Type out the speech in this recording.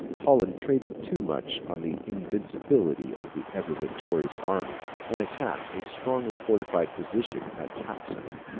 holland traded too much on the invincibility of the ever-victorious army, and attacked a strongly fortified position at taitsan.